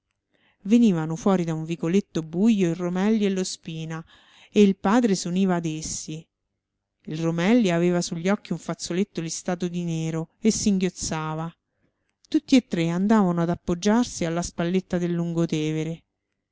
venivano fuori da un vicoletto bujo il romelli e lo spina e il padre s'univa ad essi il romelli aveva sugli occhi un fazzoletto listato di nero e singhiozzava tutti e tre andavano ad appoggiarsi alla spalletta del